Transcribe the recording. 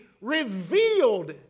revealed